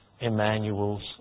Emmanuel's